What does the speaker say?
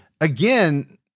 again